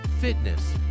fitness